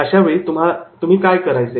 अशावेळी काय करायचे